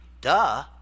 Duh